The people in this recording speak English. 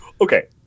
okay